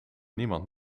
niemand